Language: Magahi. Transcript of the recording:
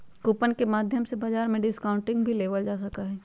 कूपन के माध्यम से बाजार में डिस्काउंट भी लेबल जा सका हई